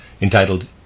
entitled